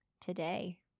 today